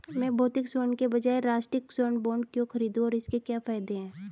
मैं भौतिक स्वर्ण के बजाय राष्ट्रिक स्वर्ण बॉन्ड क्यों खरीदूं और इसके क्या फायदे हैं?